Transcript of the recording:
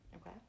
okay